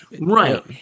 right